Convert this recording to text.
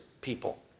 people